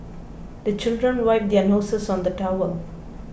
the children wipe their noses on the towel